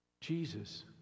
Jesus